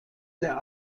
der